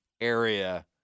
area